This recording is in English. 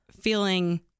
feeling